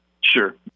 Sure